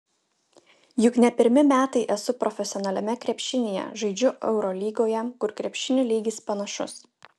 juk ne pirmi metai esu profesionaliame krepšinyje žaidžiu eurolygoje kur krepšinio lygis panašus